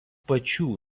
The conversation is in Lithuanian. pačių